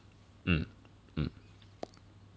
mm mm